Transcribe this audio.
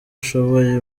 ushoboye